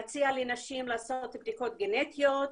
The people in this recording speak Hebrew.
להציע לנשים לעשות בדיקות גנטיות,